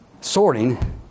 sorting